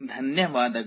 ಧನ್ಯವಾದಗಳು